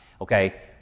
Okay